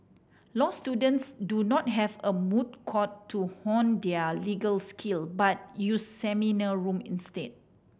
law students do not have a moot court to hone their legal skill but use seminar room instead